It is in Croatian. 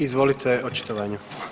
Izvolite očitovanje.